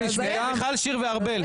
חברים, מיכל שיר ומשה ארבל.